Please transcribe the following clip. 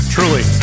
Truly